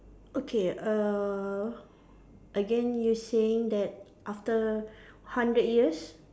okay err again you saying that after hundred years